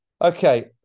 Okay